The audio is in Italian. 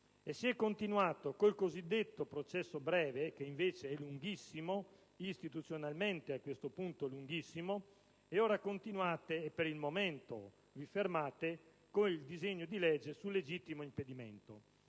Si è continuato con il cosiddetto processo breve, che invece è istituzionalmente lunghissimo, e continuate - e per il momento vi fermate - con il disegno di legge sul legittimo impedimento.